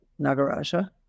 Nagaraja